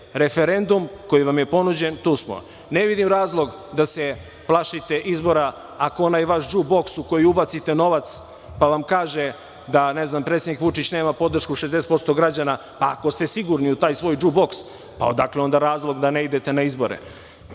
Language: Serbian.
referendum koji vam je ponuđen? Tu smo. Ne vidim razlog da se plašite izbora ako onaj vaš džuboks u koji ubacite novac, pa vam kaže da predsednik Vučić nema podršku 60% građana, ako ste sigurni u taj svoj džuboks, pa odakle onda razlog da ne idete na